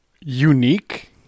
unique